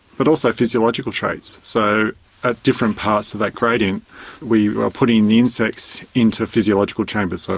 but also physiological traits? so at different parts of that gradient we are putting the insects into physiological chambers, so